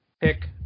pick